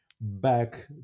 back